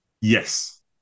Yes